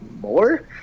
more